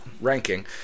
ranking